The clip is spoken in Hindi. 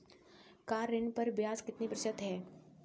कार ऋण पर ब्याज कितने प्रतिशत है?